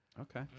okay